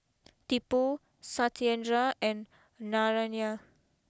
Tipu Satyendra and Narayana